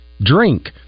drink